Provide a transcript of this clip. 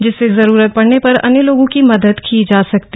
जिससे जरूरत पड़ने पर अन्य लोगों की मदद की जा सकेगी